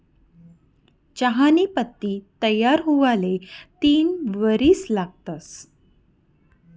चहानी पत्ती तयार हुवाले तीन वरीस लागतंस